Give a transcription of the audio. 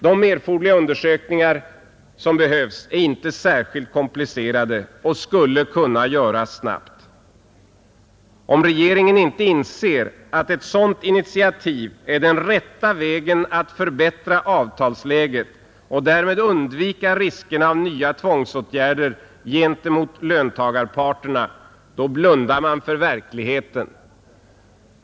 De undersökningar som behövs är inte särskilt komplicerade och skulle kunna göras snabbt. Om regeringen inte inser att ett sådant initiativ är den rätta vägen att förbättra avtalsläget och därmed undvika riskerna av nya tvångsåtgärder gentemot löntagarparterna, då blundar man för verkligheten.